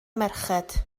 merched